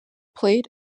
played